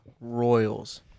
Royals